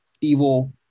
evil